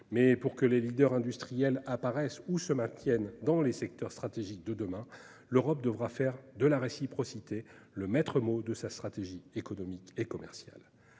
Mais, pour que les leaders industriels apparaissent ou se maintiennent dans les secteurs stratégiques de demain, l'Europe devra faire de la réciprocité le maître mot de sa stratégie économique et commerciale.